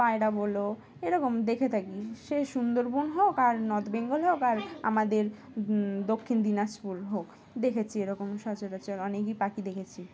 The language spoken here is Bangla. পায়রা বলো এরকম দেখে থাকি সে সুন্দরবন হোক আর নর্থ বেঙ্গল হোক আর আমাদের দক্ষিণ দিনাজপুর হোক দেখেছি এরকম সচরাচর অনেকই পাখি দেখেছি